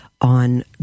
on